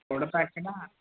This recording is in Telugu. కొడితే అక్కడ